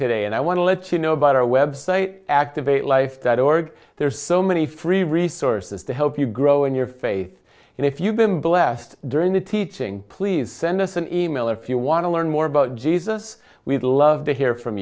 today and i want to let you know about our website activate life that org there are so many free resources to help you growing your faith and if you've been blessed during the teaching please send us an e mail if you want to learn more about jesus we'd love to hear from